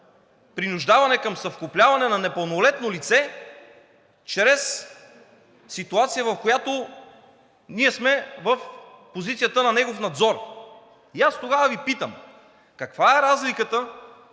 принуждаване към съвкупление на непълнолетно лице чрез ситуация, в която ние сме в позицията на негов надзор. Аз тогава Ви питам: каква е разликата